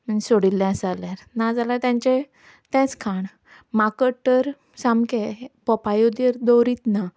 means सोडिल्लें आसा जाल्यार ना जाल्यार तांचें तेंच खाण माकड तर सामके पोपायो तर दवरीच ना